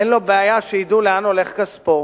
אין לו בעיה שידעו לאן הולך כספו.